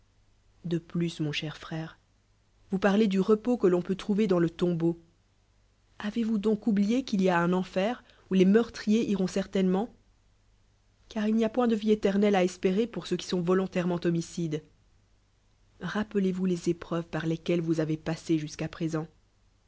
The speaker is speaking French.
de plus mnn cher frère vous parlez du repos que l'on peut trouver dam le tombeau avez-vous donc oublié qu'il ya un enfer où les meurtriers iront certainement car il n'y a point de vie éternelle à espérer pour ceux qui sont volontairement homicides rappelez-vous les épreuves par lesquelles vous avez passé jusqu'à â présent